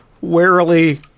warily